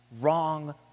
wrong